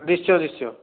ନିଶ୍ଚୟ ନିଶ୍ଚୟ